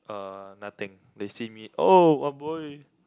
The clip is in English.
uh nothing they see me oh a boy